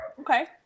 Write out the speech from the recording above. Okay